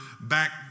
back